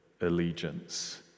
allegiance